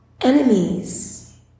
enemies